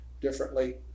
differently